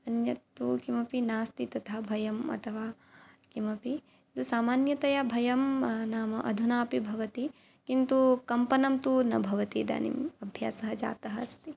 अन्यत् तु किमपि नास्ति तथा भयम् अथवा किमपि सामान्यतया भयं नाम अधुना अपि भवति किन्तु कम्पनन्तु न भवति इदानीम् अभ्यासः जातः अस्ति